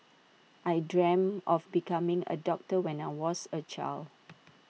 I dreamt of becoming A doctor when I was A child